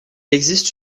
existe